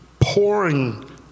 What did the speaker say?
pouring